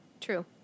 true